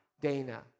Dana